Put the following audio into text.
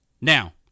now